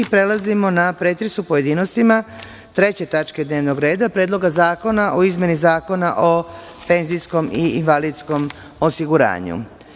Prelazimo na pretres u pojedinostima 3. tačke dnevnog reda – PREDLOG ZAKONA O IZMENI ZAKONA O PENZIJSKOM I INVALIDSKOM OSIGURANjU.